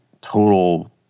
total